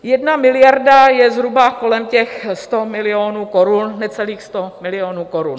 1 miliarda je zhruba kolem těch 100 milionů korun, necelých 100 milionů korun.